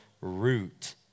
root